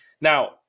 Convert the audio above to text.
now